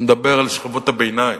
אני מדבר על שכבות הביניים,